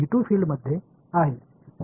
பற்றி மட்டும் பேசும்